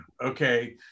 Okay